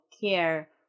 care